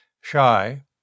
Shy